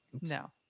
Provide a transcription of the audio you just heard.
no